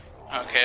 Okay